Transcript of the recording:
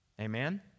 Amen